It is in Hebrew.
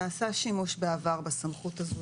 נעשה שימוש בעבר בסמכות הזו,